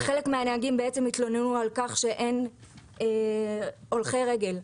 חלק מהנהגים בעצם התלוננו על כך שאין הולכי רגל.